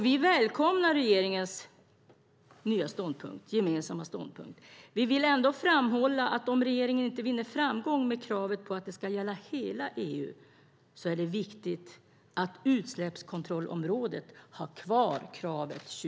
Vi välkomnar regeringens nya, gemensamma ståndpunkt. Men vi vill ändå framhålla att om regeringen inte vinner framgång med kravet på att det ska gälla hela EU så är det viktigt att utsläppskontrollområdet har kvar kravet 2015.